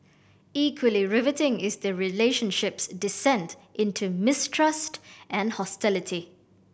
equally riveting is the relationship's descent into mistrust and hostility